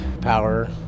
power